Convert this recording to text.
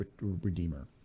Redeemer